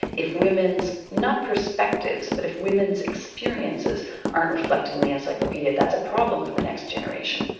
if women's, not perspectives, but if women's experiences aren't reflected in the encyclopaedia, that's a problem for the next generation.